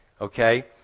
Okay